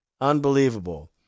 Unbelievable